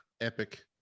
epic